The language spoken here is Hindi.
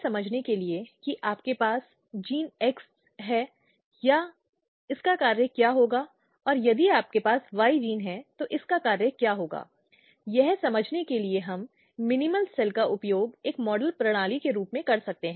और उसे परिवार के इज्ज़त के रूप में माना जाता है उसे बनाए रखने को कहा जाता है और उसके कार्य को परिवार की बदनामी लाने के रूप में लिया जाता है